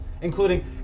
including